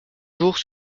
jours